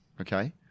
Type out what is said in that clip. Okay